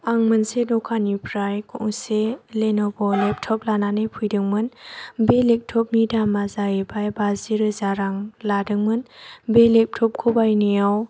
आं मोनसे दखाननिफ्राय गंसे लेन'भ' लेपट'प लानानै फैदोंमोन बे लेपट'पनि दामा जाहैबाय बाजिरोजा रां लादोंमोन बे लेपट'पखौ बायनायाव